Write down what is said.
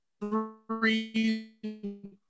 three